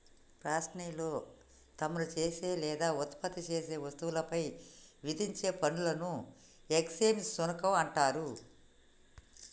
పాన్ట్రీలో తమరు చేసే లేదా ఉత్పత్తి చేసే వస్తువులపై విధించే పనులను ఎక్స్చేంజ్ సుంకం అంటారు